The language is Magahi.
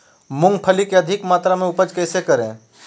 मूंगफली के अधिक मात्रा मे उपज कैसे करें?